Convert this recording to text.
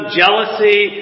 jealousy